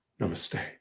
Namaste